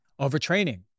Overtraining